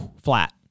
flat